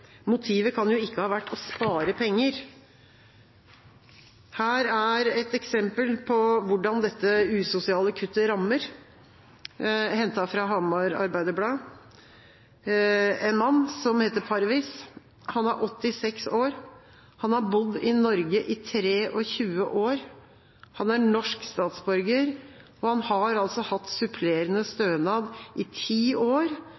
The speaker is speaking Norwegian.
Motivet kan jo ikke ha vært å spare penger. Her er ett eksempel på hvordan dette usosiale kuttet rammer, hentet fra Hamar Arbeiderblad om en mann, som heter Parviz og er 86 år. Han har bodd i Norge i 23 år. Han er norsk statsborger, og han har altså hatt supplerende stønad i ti år,